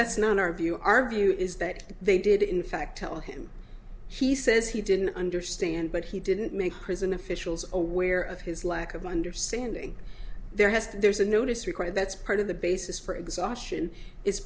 that's not our view our view is that they did in fact tell him she says he didn't understand but he didn't make prison officials aware of his lack of understanding there has to there's a notice required that's part of the basis for exhaustion is